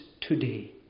today